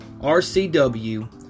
RCW